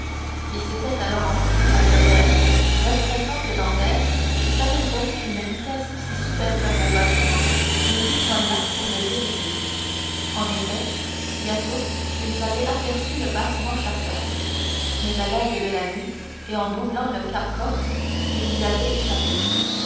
s'étaient alors enfuis à tire-d'aile regrettant que dantès qui savait donner une vitesse si supérieure au bâtiment ne fût point là pour le diriger en effet bientôt ils avaient aperçu le bâtiment chasseur mais à l'aide de la nuit et en doublant le cap corse ils lui avaient échappé